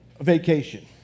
vacation